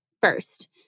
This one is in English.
first